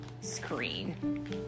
screen